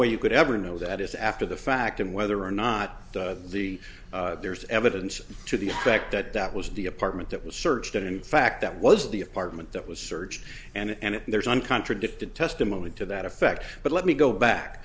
way you could ever know that is after the fact and whether or not the there's evidence to the effect that that was the apartment that was searched that in fact that was the apartment that was searched and if there is one contradicted testimony to that effect but let me go